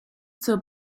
zur